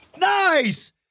Nice